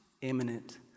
imminent